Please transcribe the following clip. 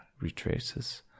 retraces